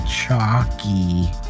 chalky